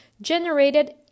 generated